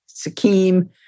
sakim